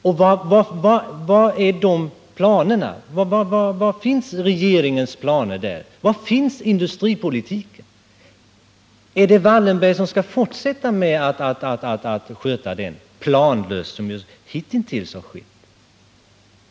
Var finns regeringens planer därvidlag? Var finns industripolitiken? Är det Wallenberg som skall fortsätta att sköta den — planlöst som hittills?